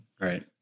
right